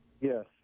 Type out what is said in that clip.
Yes